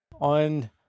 on